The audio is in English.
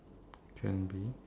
glass